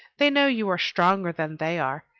they know you are stronger than they are,